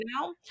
now